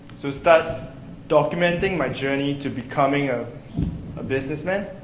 so, start documenting my journey to becoming ah a businessman?